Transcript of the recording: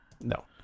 No